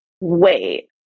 wait